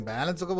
Balance